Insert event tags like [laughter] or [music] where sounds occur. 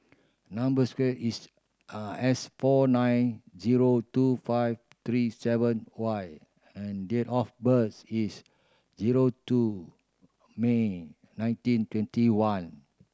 number square is [hesitation] S four nine zero two five three seven Y and date of birth is zero two May nineteen twenty one